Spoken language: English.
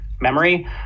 memory